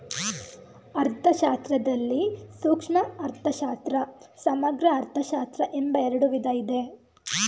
ಅರ್ಥಶಾಸ್ತ್ರದಲ್ಲಿ ಸೂಕ್ಷ್ಮ ಅರ್ಥಶಾಸ್ತ್ರ, ಸಮಗ್ರ ಅರ್ಥಶಾಸ್ತ್ರ ಎಂಬ ಎರಡು ವಿಧ ಇದೆ